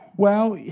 well,